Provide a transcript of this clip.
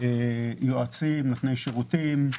יועצים ונותני שירותים.